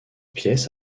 pièce